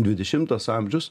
dvidešimtas amžius